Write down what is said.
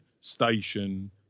station